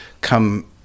come